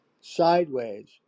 sideways